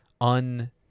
un